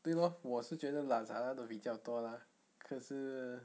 对 lor 我是觉得 lazada 的比较多 lah 可是